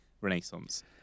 renaissance